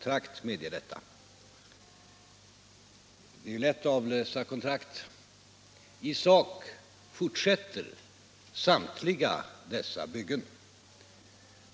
Det är fel.